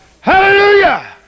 Hallelujah